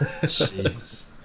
Jesus